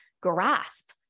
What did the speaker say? grasp